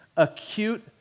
Acute